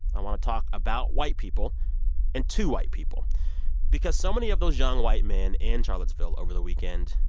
i want to talk about white people and to white people because so many of those young white men in charlottesville over the weekend,